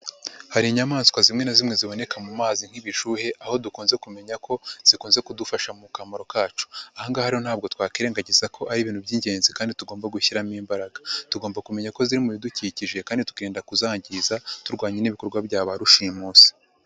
Hari inyamaswa zimwe na zimwe ziboneka mu mazi nk'ibishuhe aho dukunze kumenya ko zikunze kudufasha mu kamaro kacu, aha ngaha rero ntabwo twakwirengagiza ko ari ibintu by'ingenzi kandi tugomba gushyiramo imbaraga, tugomba kumenya ko ziri mu bidukikije kandi tukirinda kuzangiza turwanya n'ibikorwa bya ba rushimusi.